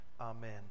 amen